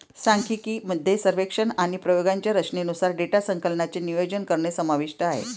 सांख्यिकी मध्ये सर्वेक्षण आणि प्रयोगांच्या रचनेनुसार डेटा संकलनाचे नियोजन करणे समाविष्ट आहे